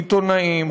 עיתונאים,